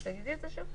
תגידי שוב.